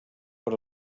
per